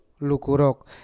Lukurok